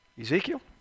Ezekiel